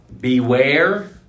Beware